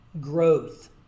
growth